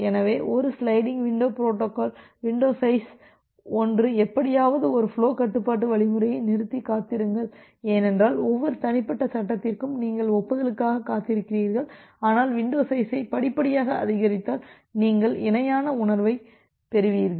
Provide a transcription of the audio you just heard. எனவே ஒரு sliding window protocol window size 1 எப்படியாவது ஒரு ஃபுலோ கட்டுப்பாட்டு வழிமுறையை நிறுத்தி காத்திருங்கள் ஏனென்றால் ஒவ்வொரு தனிப்பட்ட சட்டத்திற்கும் நீங்கள் ஒப்புதலுக்காக காத்திருக்கிறீர்கள் ஆனால் வின்டோ சைஸை படிப்படியாக அதிகரித்தால் நீங்கள் இணையான உணர்வைப் பெறுவீர்கள்